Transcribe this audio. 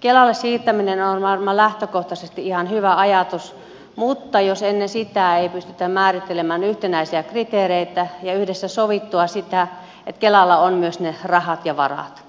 kelalle siirtäminen on varmaan lähtökohtaisesti ihan hyvä ajatus mutta jos ennen sitä ei pystytä määrittelemään yhtenäisiä kriteereitä ja yhdessä saada sovittua sitä että kelalla on myös ne rahat ja varat